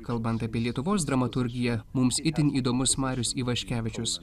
kalbant apie lietuvos dramaturgiją mums itin įdomus marius ivaškevičius